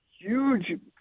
huge